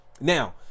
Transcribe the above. now